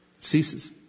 ceases